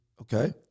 Okay